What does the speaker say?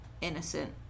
innocent